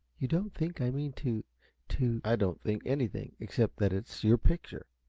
you don't think i mean to to i don't think anything, except that it's your picture,